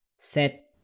set